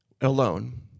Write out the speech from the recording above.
alone